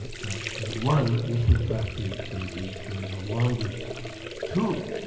one, if, in fact, they occurred, they occur no longer two,